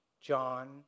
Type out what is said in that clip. John